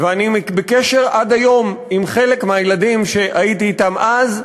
ואני עד היום בקשר עם חלק מהילדים שהייתי אתם אז,